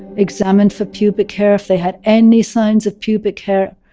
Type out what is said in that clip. examined for pubic hair. if they had any signs of pubic hair,